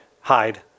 hide